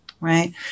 right